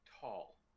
tall